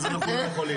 אז אנחנו לא יכולים.